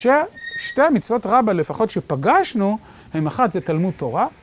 ששתי המצוות רבא לפחות שפגשנו, הן אחת זה תלמוד תורה,